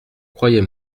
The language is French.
croyez